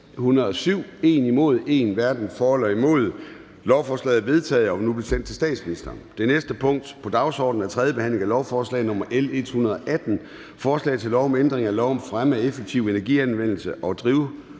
imod stemte 1 (Theresa Scavenius (UFG)). Lovforslaget er vedtaget og vil nu blive sendt til statsministeren. --- Det næste punkt på dagsordenen er: 3) 3. behandling af lovforslag nr. L 118: Forslag til lov om ændring af lov om fremme af effektiv energianvendelse og